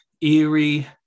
eerie